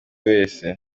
wese